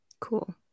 Cool